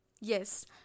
Yes